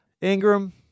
Ingram